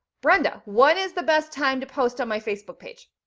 brenda, what is the best time to post on my facebook page?